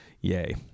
Yay